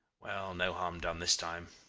well, no harm done this time.